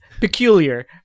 peculiar